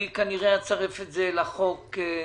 אני כנראה אצרף את זה לחוק על